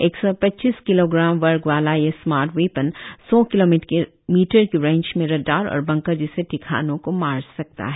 एक सौ पच्चीस किलोग्राम वर्ग वाला यह स्मार्ट वैपन सौ किलोमीटर की रेंज में रडार और बंकर जैसे ठिकानों को मार सकता है